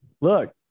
Look